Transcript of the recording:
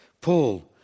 Paul